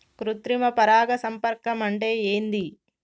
కృత్రిమ పరాగ సంపర్కం అంటే ఏంది?